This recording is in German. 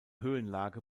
höhenlage